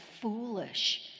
foolish